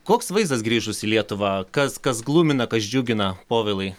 koks vaizdas grįžus į lietuvą kas kas glumina kas džiugina povilai